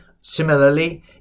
similarly